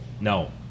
no